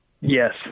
Yes